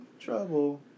Trouble